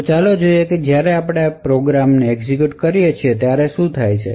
હવે ચાલો જોઈએ કે જ્યારે આપણે આ વિશિષ્ટ પ્રોગ્રામને એક્ઝીક્યુટ કરીએ છીએ ત્યારે શું થાય છે